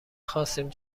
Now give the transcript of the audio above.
خواستیم